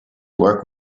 work